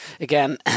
again